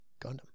Gundam